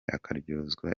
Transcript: akaryozwa